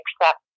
accept